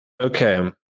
Okay